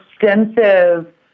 extensive